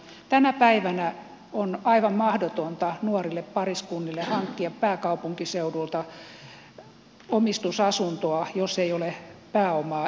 tänä päivänä on aivan mahdotonta nuorille pariskunnille hankkia pääkaupunkiseudulta omistusasuntoa jos ei ole pääomaa entuudestaan